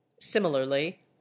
Similarly